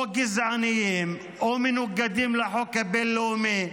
גזעניים או מנוגדים לחוק הבין-לאומי,